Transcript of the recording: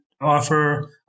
offer